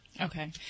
Okay